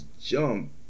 jump